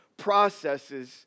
processes